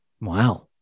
Wow